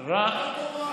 רע.